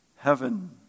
heaven